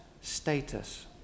status